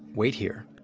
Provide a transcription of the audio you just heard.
wait here.